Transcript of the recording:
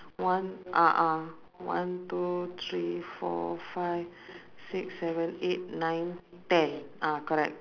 one a'ah one two three four five six seven eight nine ten ah correct